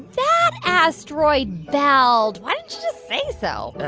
that asteroid belt. why didn't you just say so?